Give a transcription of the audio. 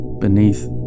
beneath